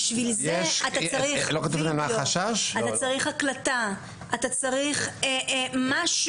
בשביל זה אתה צריך הקלטה, אתה צריך משהו.